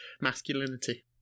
masculinity